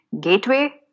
gateway